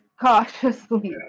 cautiously